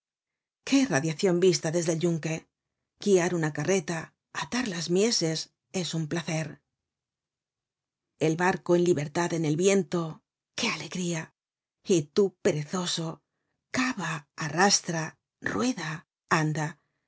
qué radiacion vista desde el yunque guiar una carreta atar las mieses es un placer el barco en libertad en el viento qué alegría y tú perezoso cava arrastra rueda anda